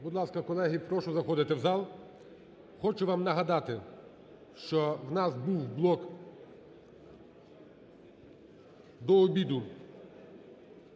Будь ласка, колеги, прошу заходити у зал. Хочу вам нагадати, що у нас був блок, до обіду,